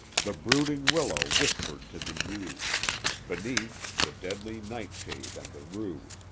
the brooding willow whispered to the yew beneath, the deadly nightshade and the rue,